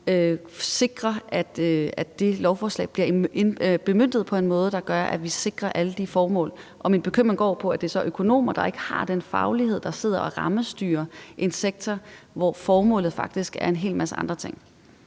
i det lovforslag udmøntes på en måde, der gør, at vi sikrer opfyldelsen af alle de formål? Min bekymring går på, at det er økonomer, der ikke har den rette faglighed, der skal sidde og rammestyre en sektor, hvis formål faktisk er en hel masse andre ting.